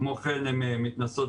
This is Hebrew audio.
כמו כן, הן מתנסות